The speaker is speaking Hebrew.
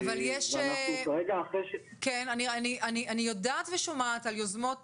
ואנחנו כרגע --- אני יודעת ושומעת על יוזמות